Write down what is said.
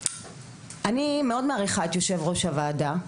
אני מאוד מעריכה את יושב ראש הוועדה,